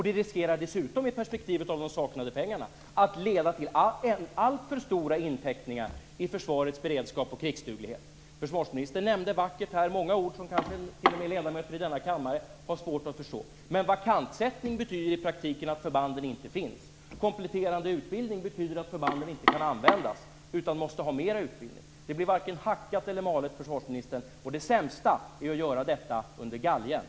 Det riskerar dessutom, i perspektiv av de saknade pengarna, att leda till alltför stora inteckningar i försvarets beredskap och krigsduglighet. Försvarsministern nämnde många vackra ord, som t.o.m. ledamöter i denna kammare har svårt att förstå. Men vakantsättning betyder i praktiken att förbanden inte finns. Kompletterande utbildning betyder att förbanden inte kan användas utan måste ha mera utbildning. Det blir varken hackat eller malet, försvarsministern, och det sämsta är att göra detta under galgen.